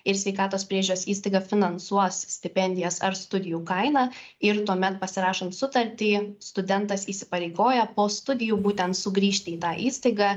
ir sveikatos priežiūros įstaiga finansuos stipendijas ar studijų kainą ir tuomet pasirašant sutartį studentas įsipareigoja po studijų būtent sugrįžti į tą įstaigą